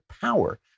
power